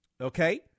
Okay